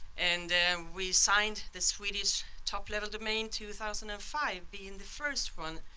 and we signed the swedish top-level domain two thousand and five being the first one,